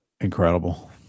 Incredible